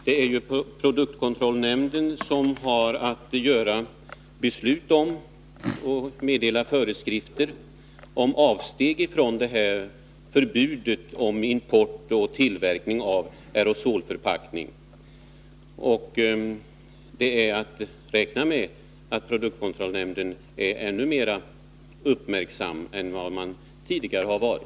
Det är produktkontrollnämnden som har att fatta beslut om och meddela föreskrifter om avsteg från förbudet mot import och tillverkning av aerosolförpackning. Det är att räkna med att produktkontrollnämnden nu är ännu mer uppmärksam än man tidigare har varit.